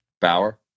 Bauer